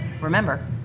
remember